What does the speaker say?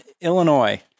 Illinois